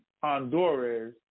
Honduras